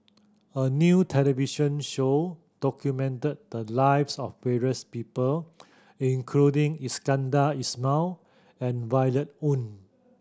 a new television show documented the lives of various people including Iskandar Ismail and Violet Oon